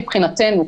מבחינתנו,